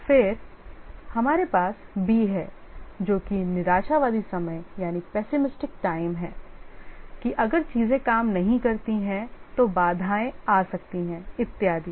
और फिर हमारे पास b है जो की निराशावादी समय यानी है कि अगर चीजें काम नहीं करती हैं तो बाधाएं बाधाएं आ सकती हैं इत्यादि